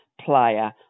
player